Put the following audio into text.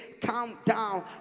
countdown